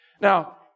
Now